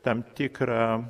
tam tikrą